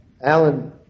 Alan